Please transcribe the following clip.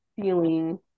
feeling